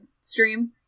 stream